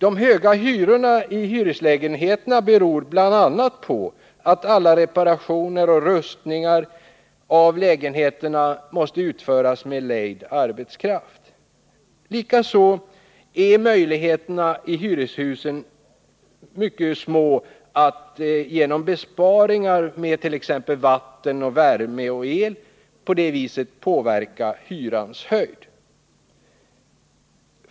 De höga hyrorna i hyreslägenheter beror bl.a. på att alla reparationer och upprustningar av lägenheterna utförs med lejd arbetskraft. Likaså är möjligheterna i hyreshus ytterst små att genom besparingar med vatten, värme och el påverka hyrans höjd.